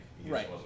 Right